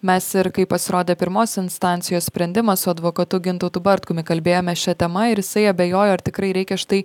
mes ir kai pasirodė pirmos instancijos sprendimas su advokatu gintautu bartkumi kalbėjome šia tema ir jisai abejojo ar tikrai reikia štai